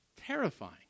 terrifying